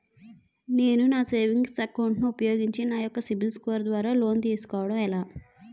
నేను నా savings account ను ఉపయోగించి నా యెక్క సిబిల్ స్కోర్ ద్వారా లోన్తీ సుకోవడం ఎలా?